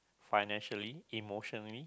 financially emotionally